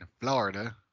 Florida